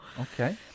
Okay